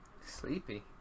Sleepy